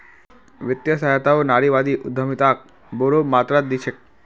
वित्तीय सहायताओ नारीवादी उद्यमिताक बोरो मात्रात दी छेक